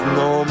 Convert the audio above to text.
no